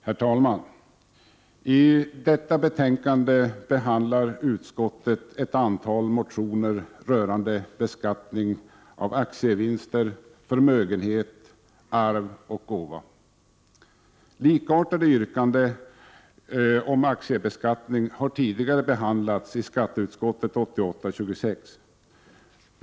Herr talman! I detta betänkande behandlar utskottet ett antal motioner rörande beskattning av aktievinster, förmögenhet, arv och gåva. Likartade yrkanden om aktiebeskattning har tidigare behandlats i skatteutskottets betänkande 1987/88:26.